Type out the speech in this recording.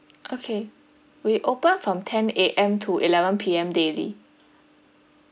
okay we open from ten A_M to eleven P_M daily